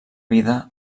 vida